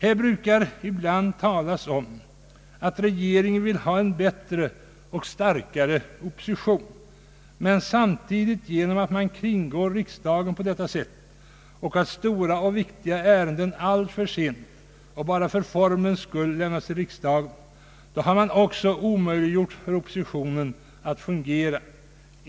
Det talas ibland om att regeringen vill ha en bättre och starkare opposition, men genom att man kringgår riksdagen på detta sätt och genom att stora och viktiga ärenden alltför sent och bara för formens skull lämnas till riksdagen har man samtidigt omöjliggjort för oppositionen att fungera.